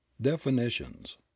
Definitions